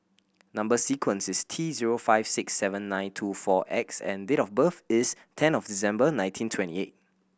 number sequence is T zero five six seven nine two four X and date of birth is ten of December nineteen twenty eight